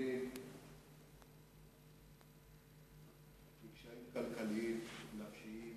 סובלים מקשיים כלכליים ונפשיים,